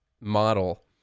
model